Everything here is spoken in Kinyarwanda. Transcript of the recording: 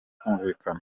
kumvikana